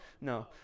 No